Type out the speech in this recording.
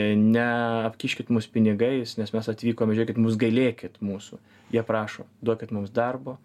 neapkiškit mus pinigais nes mes atvykom žiūrėkit mus gailėkit mūsų jie prašo duokit mums darbo